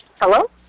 Hello